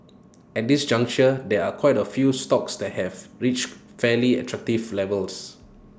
at this juncture there are quite A few stocks that have reached fairly attractive levels